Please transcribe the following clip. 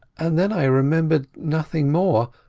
and then i remembered nothing more,